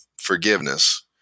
forgiveness